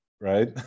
right